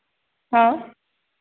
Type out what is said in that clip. हाँ